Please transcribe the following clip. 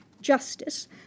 justice